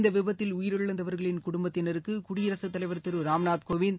இந்த விபத்தில் உயிரிழந்தவர்களின் குடும்பத்தினருக்கு குடியரசு தலைவர் திரு ராம்நாத் கோவிந்த்